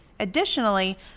Additionally